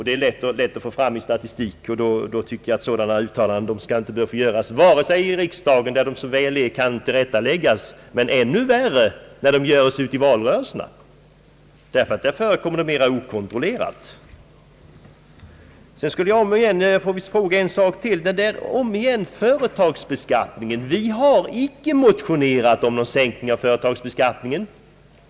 Detta är lätt att få fram i statistiken, och då tycker jag att sådana uttalanden inte skall göras vare sig i riksdagen, där de som väl är kan tillrättaläggas, eller ännu värre — ute i valrörelserna, där de förekommer mera okontrollerat. har inte motionerat om en sänkning av företagsbeskattningen.